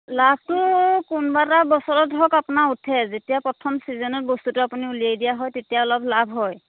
লাভটো কোনবা এটা বছৰত ধৰক আপোনাৰ উঠে যেতিয়া প্ৰথম ছিজনত বস্তুটো আপুনি উলিয়াই দিয়া হয় তেতিয়া অলপ লাভ হয়